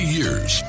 years